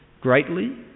greatly